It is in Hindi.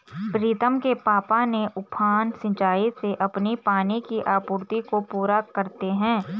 प्रीतम के पापा ने उफान सिंचाई से अपनी पानी की आपूर्ति को पूरा करते हैं